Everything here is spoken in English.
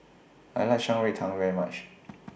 I like Shan Rui Tang very much